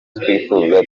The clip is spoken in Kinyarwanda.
twifuza